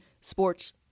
sports